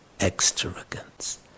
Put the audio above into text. extravagance